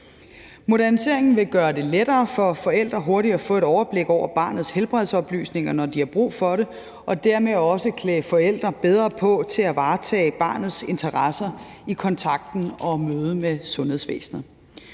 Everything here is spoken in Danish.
Moderniseringen vil gøre det lettere for forældre hurtigt at få et overblik over barnets helbredsoplysninger, når de har brug for det, og vil dermed også klæde forældre bedre på til at varetage barnets interesser i kontakten og mødet med sundhedsvæsenet.